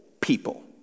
people